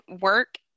work